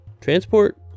transport